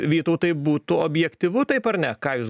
vytautai būtų objektyvu taip ar ne ką jūs